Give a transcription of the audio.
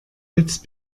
jetzt